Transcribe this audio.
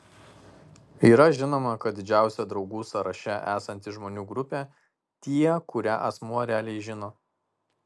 yra žinoma kad didžiausia draugų sąraše esanti žmonių grupė tie kurią asmuo realiai žino